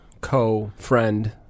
co-friend